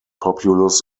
populous